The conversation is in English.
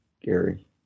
gary